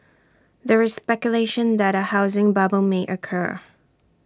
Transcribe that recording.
there is speculation that A housing bubble may occur